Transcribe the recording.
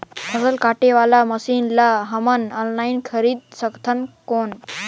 फसल काटे वाला मशीन ला हमन ऑनलाइन खरीद सकथन कौन?